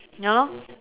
ya lor